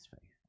faith